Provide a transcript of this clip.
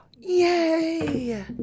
Yay